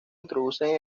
introducen